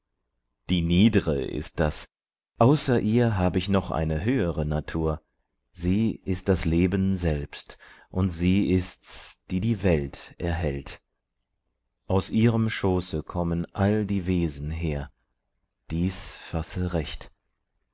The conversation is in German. die niedre ist das außer ihr hab ich noch eine höhere natur sie ist das leben selbst und sie ist's die die welt erhält aus ihrem schoße kommen all die wesen her dies fasse recht